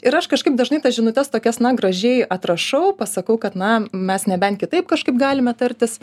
ir aš kažkaip dažnai tas žinutes tokias na gražiai atrašau pasakau kad na mes nebent kitaip kažkaip galime tartis